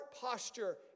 posture